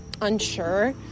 unsure